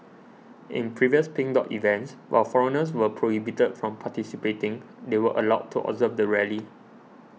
in previous Pink Dot events while foreigners were prohibited from participating they were allowed to observe the rally